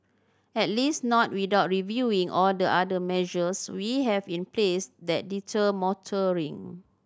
at least not without reviewing all the other measures we have in place that deter motoring